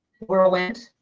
whirlwind